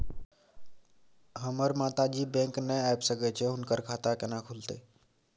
हमर माता जी बैंक नय ऐब सकै छै हुनकर खाता केना खूलतै?